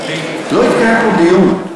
לא התקיים פה דיון.